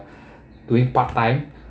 doing part time